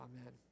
Amen